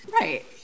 Right